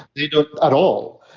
they don't at all.